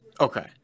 okay